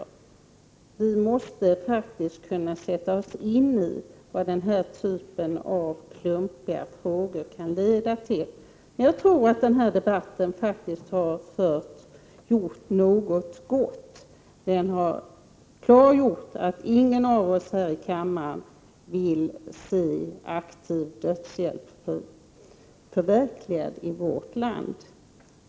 Vi måste faktiskt kunna sätta oss in i vad den här typen av klumpiga frågor kan leda till. Jag tror faktiskt att den här debatten fört något gott med sig. Den har klargjort att ingen av oss här i kammaren vill se aktiv dödshjälp förverkligadi Prot. 1988/89:114 vårt land.